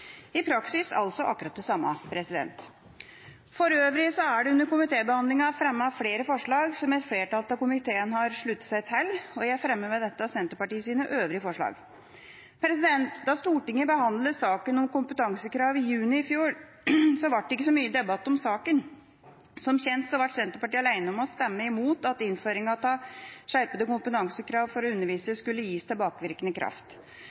i praksis altså akkurat det samme. For øvrig er det under komitébehandlingen fremmet flere forslag som et flertall i komiteen har sluttet seg til, og jeg fremmer med dette Senterpartiets øvrige forslag, også det vi har fremmet sammen med andre. Da Stortinget behandlet saken om kompetansekrav i juni i fjor, ble det ikke så mye debatt om saken. Som kjent ble Senterpartiet alene om å stemme imot at innføringen av skjerpede kompetansekrav for å undervise skulle gis tilbakevirkende kraft,